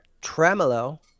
Tremolo